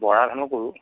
বৰা ধানো কৰোঁ